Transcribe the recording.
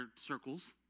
circles